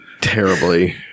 Terribly